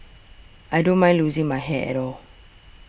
I don't mind losing my hair at all